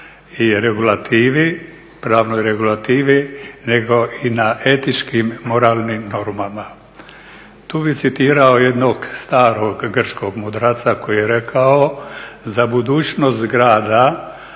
i regulativi, pravnoj regulativi, nego i na etičkim, moralnim normama. Tu bih citirao jednog starog grčkog mudraca koji je rekao: "Za budućnost grada